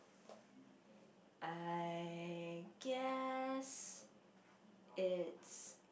I guess it's